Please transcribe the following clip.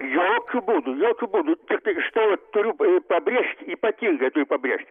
jokiu būdu jokiu būdu tiktai iš to tau turbūt pabrėžt ypatingai turiu pabrėžt